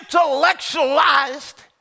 intellectualized